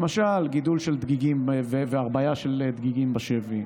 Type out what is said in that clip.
למשל, גידול של דגיגים והרביה של דגיגים בשבי,